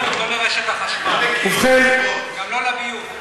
ביושר, בידיים נקיות, בלי להיות צבוע.